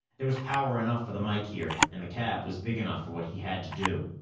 there was power enough for the mike here, and the cab was big enough for what he had to do.